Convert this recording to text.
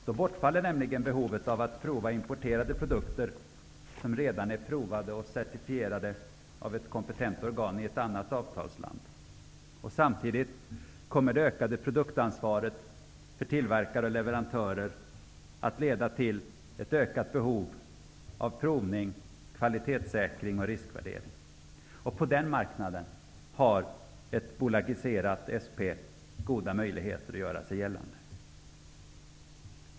Då bortfaller nämligen behovet av att prova importerade produkter som redan är provade och certifierade av ett kompetent organ i ett annat avtalsland. Samtidigt kommer det ökade produktansvaret för tillverkare och leverantörer att leda till ett ökat behov av provning, kvalitetssäkring och riskvärdering. På den marknaden har ett bolagiserat SP goda möjligheter att göra sig gällande.